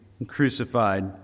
crucified